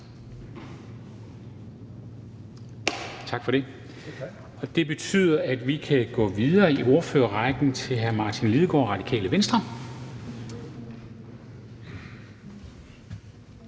Tak for det. Det betyder, at vi kan gå videre i ordførerrækken til hr. Martin Lidegaard, Radikale Venstre.